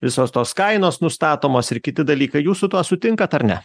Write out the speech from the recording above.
visos tos kainos nustatomos ir kiti dalykai jūs su tuo sutinkat ar ne